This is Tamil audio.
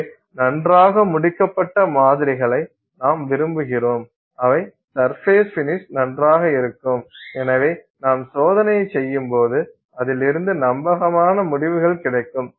எனவே நன்றாக முடிக்கப்பட்ட மாதிரிகளை நாம்விரும்புகிறோம் அவை சர்பேஸ் பினிஷ் நன்றாக இருக்கும் எனவே நாம் சோதனையைச் செய்யும்போது அதிலிருந்து நம்பகமான முடிவு கிடைக்கும்